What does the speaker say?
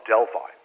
Delphi